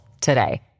today